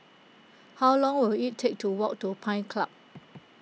how long will it take to walk to Pines Club